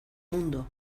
mundo